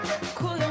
Cool